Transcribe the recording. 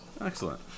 Excellent